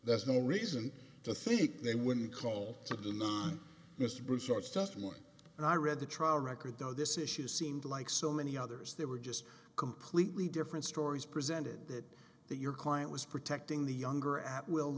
there's no reason to think they wouldn't call on mr bouchard is just one and i read the trial record though this issue seemed like so many others there were just completely different stories presented that the your client was protecting the younger at will